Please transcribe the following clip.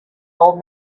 old